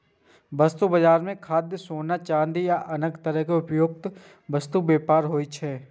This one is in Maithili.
वस्तु बाजार मे खाद्यान्न, सोना, चांदी आ आन तरहक उपभोक्ता वस्तुक व्यापार होइ छै